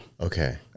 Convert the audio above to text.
Okay